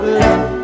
let